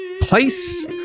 place